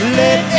let